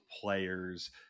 players –